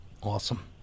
awesome